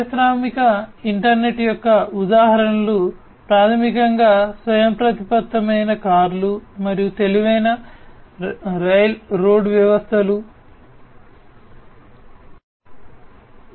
పారిశ్రామిక ఇంటర్నెట్ యొక్క ఉదాహరణలు ప్రాథమికంగా స్వయంప్రతిపత్తమైన కార్లు మరియు తెలివైన రైల్రోడ్ వ్యవస్థలు వంటి ఫలితాలు